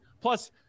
Plus